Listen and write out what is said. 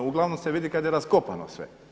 Uglavnom se vidi kada je raskopano sve.